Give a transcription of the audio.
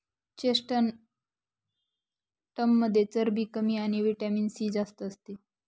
चेस्टनटमध्ये चरबी कमी आणि व्हिटॅमिन सी जास्त असते